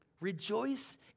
Rejoice